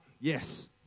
Yes